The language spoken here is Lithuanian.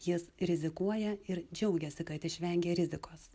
jis rizikuoja ir džiaugiasi kad išvengė rizikos